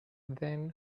then